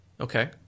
Okay